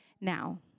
now